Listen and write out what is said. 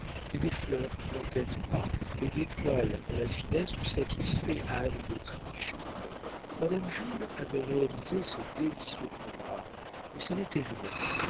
et des fleurs qui n'entêtent pas et des toiles dont la finesse eût satisfait anne d'autriche madame jules avait réalisé ce délicieux programme mais ce n'était rien